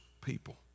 people